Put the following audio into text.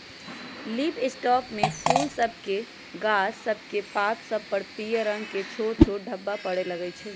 leaf spot में फूल सभके गाछ सभकेक पात सभ पर पियर रंग के छोट छोट ढाब्बा परै लगइ छै